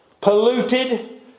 polluted